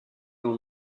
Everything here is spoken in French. dans